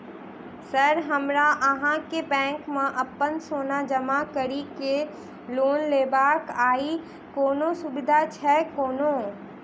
Sir हमरा अहाँक bank मे अप्पन सोना जमा करि केँ लोन लेबाक अई कोनो सुविधा छैय कोनो?